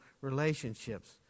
relationships